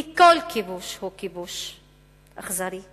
כי כל כיבוש הוא כיבוש אכזרי,